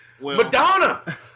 Madonna